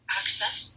access